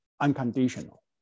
unconditional